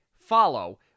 follow